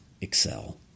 excel